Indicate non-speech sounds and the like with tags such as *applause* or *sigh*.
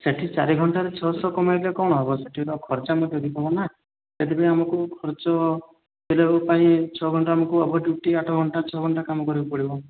ସେ'ଠି ଚାରି ଘଣ୍ଟାରେ ଛଅ ଶହ କମାଇଲେ କ'ଣ ହେବ ସେ'ଠି ତ ଖର୍ଚ୍ଚ *unintelligible* ହେବ ନା ସେଥିପାଇଁ ଆମକୁ ଖର୍ଚ୍ଚ କରିବା ପାଇଁ ଛଅ ଘଣ୍ଟା ଆମକୁ ଓଭର ଡ୍ୟୁଟି ଆଠ ଘଣ୍ଟା ଛଅ ଘଣ୍ଟା କାମ କରିବାକୁ ପଡ଼ିବ